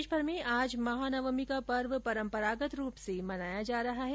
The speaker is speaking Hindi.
प्रदेशभर में आज महानवमी का पर्व परम्परागत रूप से मनाया जा रहा है